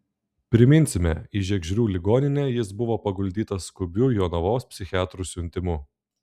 priminsime į žiegždrių ligoninę jis buvo paguldytas skubiu jonavos psichiatrų siuntimu